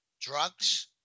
drugs